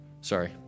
Sorry